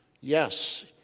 Yes